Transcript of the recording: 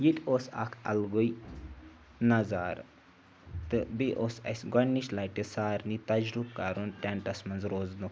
یہِ تہِ اوس اَکھ الگٕے نظارٕ تہٕ بیٚیہِ اوس اَسہِ گۄڈنِچ لَٹہِ سارنی تجرُبہٕ کَرُن ٹٮ۪نٛٹَس منٛز روزنُک